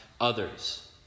others